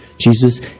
jesus